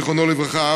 זיכרונו לברכה,